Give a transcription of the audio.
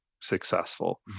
successful